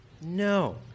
No